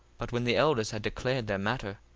but when the elders had declared their matter,